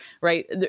Right